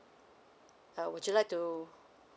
err would you like to